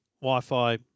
Wi-Fi